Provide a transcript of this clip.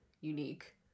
unique